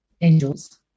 angels